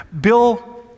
Bill